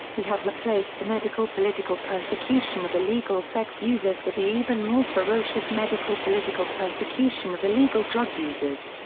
we have replaced the medical-political persecution of illegal sex users with the even more ferocious medical-political persecution of illegal drug users.